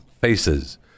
faces